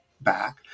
back